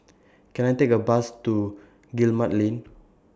Can I Take A Bus to Guillemard Lane